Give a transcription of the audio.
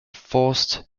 forced